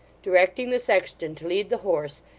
directing the sexton to lead the horse,